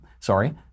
Sorry